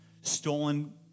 stolen